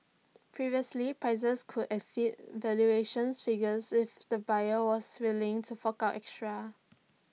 previously prices could exceed valuation figures if the buyer was willing to fork out extra